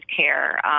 care